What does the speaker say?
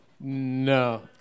No